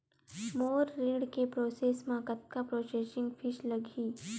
मोर ऋण के प्रोसेस म कतका प्रोसेसिंग फीस लगही?